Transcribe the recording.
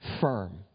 Firm